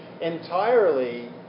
entirely